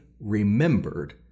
remembered